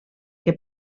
que